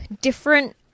different